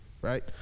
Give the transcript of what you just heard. right